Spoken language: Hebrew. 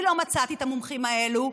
אני לא מצאתי את המומחים האלו,